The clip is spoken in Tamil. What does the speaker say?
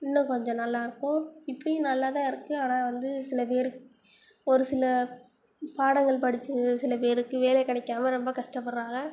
இன்னும் கொஞ்சம் நல்லாயிருக்கும் இப்போயும் நல்லா தான் இருக்குது ஆனால் வந்து சில பேருக் ஒரு சில பாடங்கள் படித்த சில பேருக்கு வேலை கிடைக்காம ரொம்ப கஷ்டப்படறாங்க